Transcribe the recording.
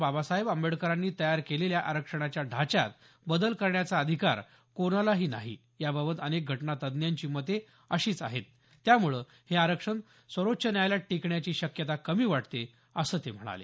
बाबासाहेब आंबेडकरांनी तयार केलेल्या आरक्षणाच्या ढाच्यात बदल करण्याचा अधिकार कोणालाही नाही याबाबत अनेक घटना तज्ज्ञांची मते अशीच आहेत त्यामुळे हे आरक्षण सर्वोच्च न्यायालयात टिकण्याची शक्यता कमी वाटते असं ते म्हणाले